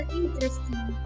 interesting